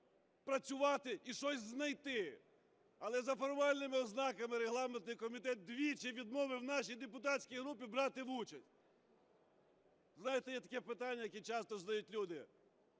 працювати і щось знайти. Але за формальними ознаками регламентний комітет двічі відмовив нашій депутатській групі брати участь. Знаєте, є таке питання, яке часто задають люди: